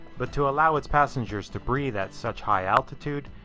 but to allow its passengers to breathe at such high altitude,